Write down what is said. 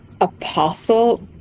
Apostle